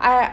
uh